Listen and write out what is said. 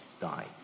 die